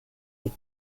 die